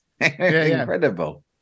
Incredible